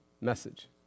message